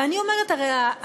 ואני אומרת,